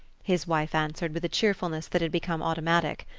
his wife answered with a cheerfulness that had become automatic.